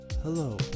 Hello